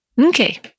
Okay